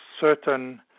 certain